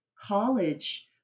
college